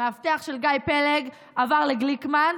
המאבטח של גיא פלג עבר לגליקמן,